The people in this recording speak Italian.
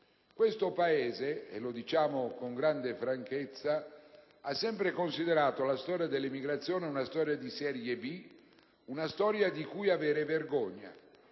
Questo Paese - e lo diciamo con grande franchezza - ha sempre considerato la storia dell'emigrazione una storia di serie B e di cui vergognarsi.